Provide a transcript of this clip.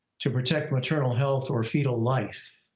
to protect maternal health or fetal life.